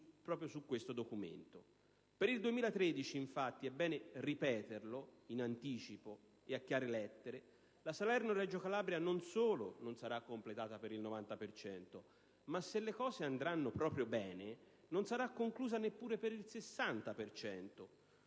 Per il 2013, infatti (è bene ripeterlo in anticipo e a chiare lettere) la Salerno-Reggi Calabria non solo non sarà completata per il 90 per cento, ma se le cose andranno proprio bene non sarà conclusa neppure per il 60